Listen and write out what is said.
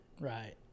Right